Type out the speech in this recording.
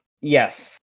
Yes